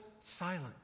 silent